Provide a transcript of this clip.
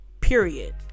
period